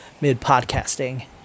mid-podcasting